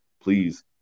Please